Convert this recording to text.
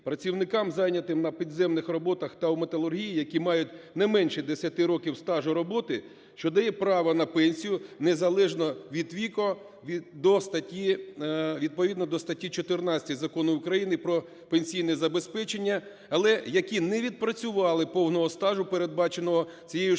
працівникам, зайнятим на підземних роботах та в металургії, які мають не менше 10 років стажу роботи, що дає право на пенсію незалежно від віку відповідно до статті 14 Закону України "Про пенсійне забезпечення", але які не відпрацювали повного стажу, передбаченого цією ж